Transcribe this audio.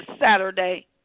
Saturday